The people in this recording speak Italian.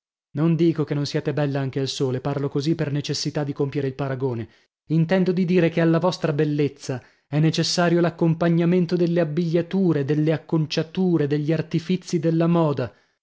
non dico che non siate bella anche al sole parlo così per necessità di compiere il paragone intendo di dire che alla vostra bellezza è necessario l'accompagnamento delle abbigliature delle acconciature degli artifizi della moda